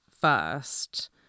first